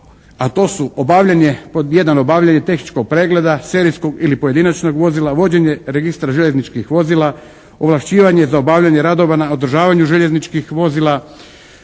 A to su, pod jedan, obavljanje tehničkog pregleda, serijskog ili pojedinačnog vozila, vođenje registra željezničkih vozila, ovlašćivanje za obavljanje radova na održavanju željezničkih vozila,